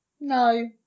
No